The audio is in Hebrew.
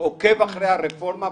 אני עוקב אחרי הרפורמה.